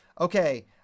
okay